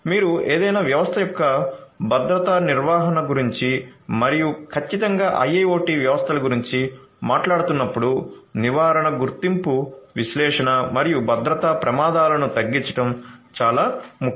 మీరు ఏదైనా వ్యవస్థ యొక్క భద్రతా నిర్వహణ గురించి మరియు ఖచ్చితంగా IIoT వ్యవస్థల గురించి మాట్లాడుతున్నప్పుడు నివారణ గుర్తింపు విశ్లేషణ మరియు భద్రతా ప్రమాదాలను తగ్గించడం చాలా ముఖ్యం